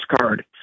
card